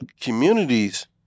communities